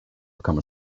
become